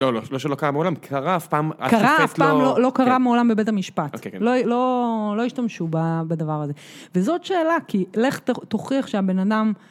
לא לא לא שלא קרה מעולם, קרה אף פעם. קרה אף פעם, לא קרה מעולם בבית המשפט. לא השתמשו בדבר הזה. וזאת שאלה, כי לך תוכיח שהבן אדם...